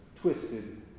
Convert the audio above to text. twisted